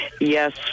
Yes